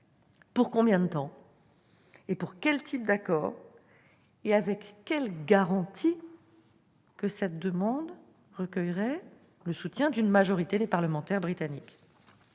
quelle échéance ? En vue de quel type d'accord ? Avec quelles garanties que cette demande recueillera le soutien d'une majorité des parlementaires britanniques ?